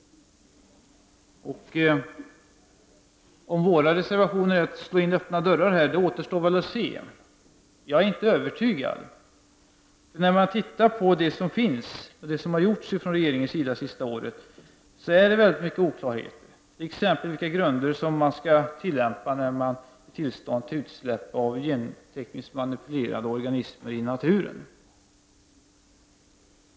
Om våra reservationer är att slå in öppna dörrar, återstår väl att se. Jag är inte övertygad. När jag tittar på det som gjorts från regeringens sida det senaste året, finner jag väldigt många oklarheter, exempelvis vilka grunder som skall tillämpas när man ger tillstånd till utsläpp av gentekniskt manipulerade organismer i naturen.